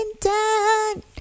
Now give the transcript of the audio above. done